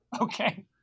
Okay